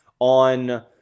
on